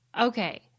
Okay